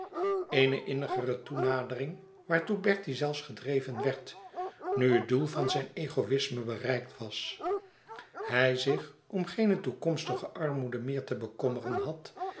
eene innigere toenadering waartoe bertie zelfs gedreven werd nu het doel van zijn egoïsme bereikt was hij zich om geene toekomstige armoede meer te bekommeren had